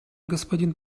господин